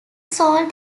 sold